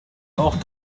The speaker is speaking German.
auch